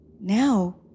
Now